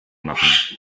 machen